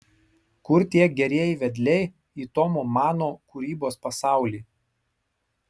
kur tie gerieji vedliai į tomo mano kūrybos pasaulį